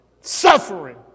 suffering